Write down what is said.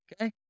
Okay